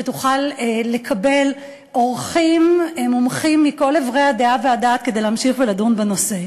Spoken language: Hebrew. שתוכל לקבל אורחים מומחים מכל עברי הדעה והדעת כדי להמשיך ולדון בנושא.